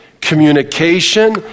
communication